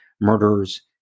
murders